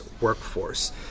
workforce